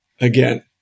again